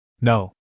No